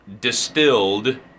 distilled